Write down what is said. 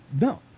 no